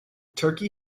turkey